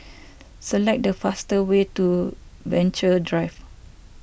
select the fastest way to Venture Drive